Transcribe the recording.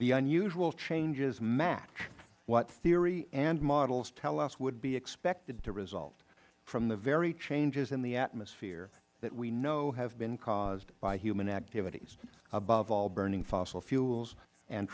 the unusual changes match what theory and models tell us would be expected to result from the very changes in the atmosphere that we know have been caused by human activities above all burning fossil fuels and